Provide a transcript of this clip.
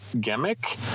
gimmick